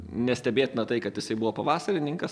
nestebėtina tai kad jisai buvo pavasarininkas